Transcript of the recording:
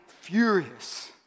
furious